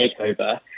takeover